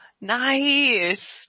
nice